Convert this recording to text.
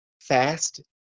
fast